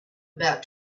about